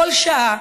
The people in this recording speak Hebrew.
כל שעה,